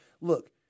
Look